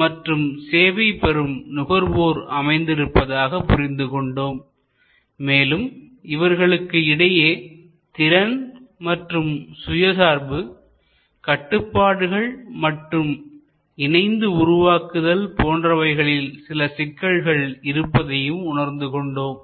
மற்றும் சேவை பெறும் நுகர்வோர் அமைந்திருப்பதாக புரிந்துகொண்டோம் மேலும் இவர்களுக்கு இடையே திறன் மற்றும் சுயசார்புகட்டுப்பாடுகள் மற்றும் இணைந்து உருவாக்குதல் போன்றவைகளில் சில சிக்கல்கள் இருப்பதையும் உணர்ந்து கொண்டோம்